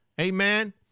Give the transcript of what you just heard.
amen